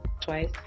twice